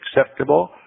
acceptable